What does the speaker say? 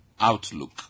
outlook